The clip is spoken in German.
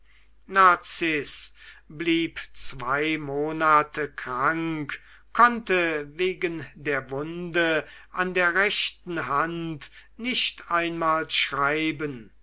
narziß blieb zwei monate krank konnte wegen der wunde an der rechten hand nicht einmal schreiben